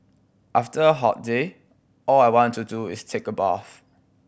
after a hot day all I want to do is take a bath